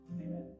Amen